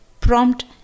prompt